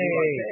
hey